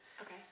okay